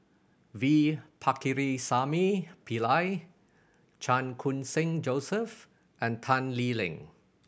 V Pakirisamy Pillai Chan Khun Sing Joseph and Tan Lee Leng